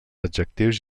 adjectius